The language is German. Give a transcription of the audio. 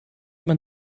man